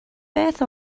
beth